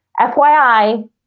FYI